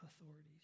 authorities